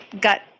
got